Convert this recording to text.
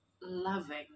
loving